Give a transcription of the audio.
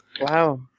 Wow